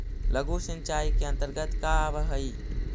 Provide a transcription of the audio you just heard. लघु सिंचाई के अंतर्गत का आव हइ?